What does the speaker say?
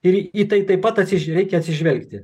ir į tai taip pat atsiž reikia atsižvelgti